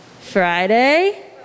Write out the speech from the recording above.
Friday